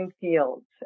fields